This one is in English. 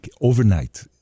overnight